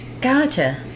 Gotcha